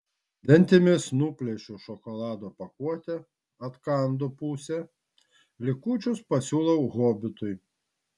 dantimis nuplėšiu šokolado pakuotę atkandu pusę likučius pasiūlau hobitui